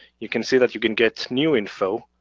you can see that you can get new info,